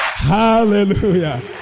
Hallelujah